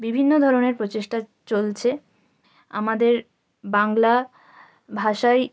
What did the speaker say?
বিভিন্ন ধরনের প্রচেষ্টা চলছে আমাদের বাংলা ভাষায়